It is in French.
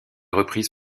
reprise